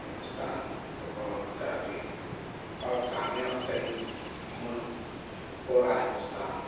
ہندوستان کو بہت ترقی اور کامیاب ترین ملک ہو رہا ہے ہندوستان